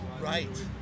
Right